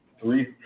three